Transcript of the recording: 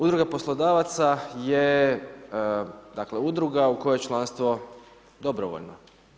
Udruga poslodavaca je udruga u kojoj je članstvo dobrovoljno.